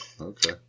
okay